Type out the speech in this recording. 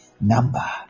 Number